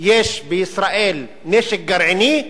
יש בישראל נשק גרעיני,